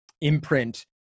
imprint